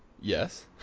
Yes